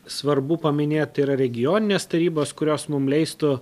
svarbu paminėt tai yra regioninės tarybos kurios mum leistų